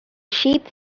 sheep